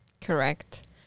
correct